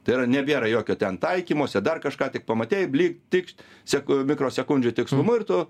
tai yra nebėra jokio ten taikymosi a dar kažką tik pamatei blykt tikšt seku mikrosekundžių tikslumu ir tu